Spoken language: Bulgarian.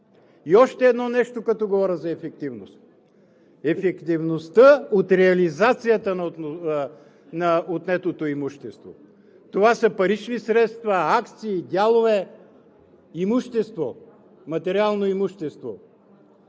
И още едно нещо като говоря за ефективност, ефективността от реализацията на отнетото имущество – това са парични средства, акции, дялове, материално имущество.